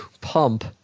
pump